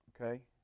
okay